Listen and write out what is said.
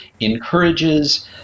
encourages